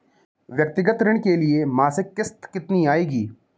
व्यक्तिगत ऋण की मासिक किश्त कितनी आएगी?